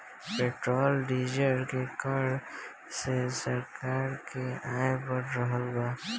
petrol diesel के कर से सरकार के आय बढ़ रहल बा